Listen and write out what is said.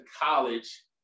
college